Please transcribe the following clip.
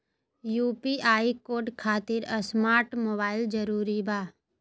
UPI code खातिर smart mobile जरूरी बा?